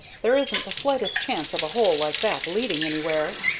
there isn't the slightest chance of a hole like that leading anywhere,